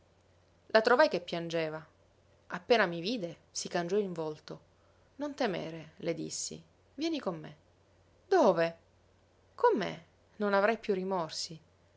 la trovai che piangeva appena mi vide si cangiò in volto non temere le dissi vieni con me dove con me non avrai piú rimorsi